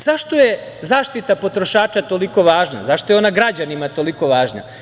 Zašto je zaštita potrošača toliko važna, zašto je ona građanima toliko važna?